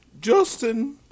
Justin